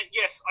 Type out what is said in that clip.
yes